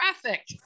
traffic